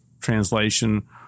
translation